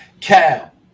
Cal